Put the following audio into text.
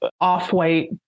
off-white